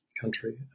country